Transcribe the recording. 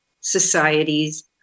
societies